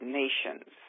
nations